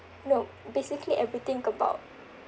know basically everything about